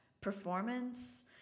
performance